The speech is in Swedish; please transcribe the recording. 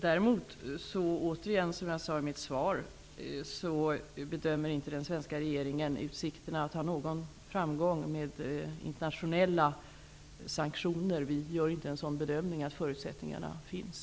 Däremot, som jag sade i mitt svar, bedömer inte den svenska regeringen att det finns några förutsättningar för framgång när det gäller internationella sanktioner.